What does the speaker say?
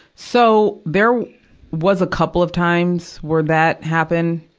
so, there was a couple of times where that happened,